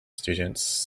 students